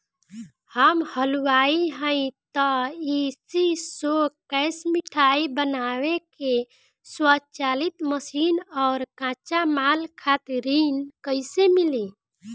हम हलुवाई हईं त ए.सी शो कैशमिठाई बनावे के स्वचालित मशीन और कच्चा माल खातिर ऋण कइसे मिली?